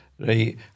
right